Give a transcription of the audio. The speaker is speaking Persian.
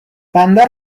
بنده